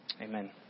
amen